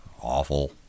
awful